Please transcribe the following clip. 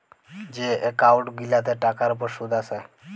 যে এক্কাউল্ট গিলাতে টাকার উপর সুদ আসে